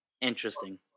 Interesting